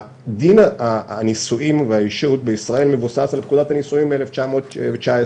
דין הנישואים והאישות בישראל מבוסס על פקודת הנישואים מ-1919,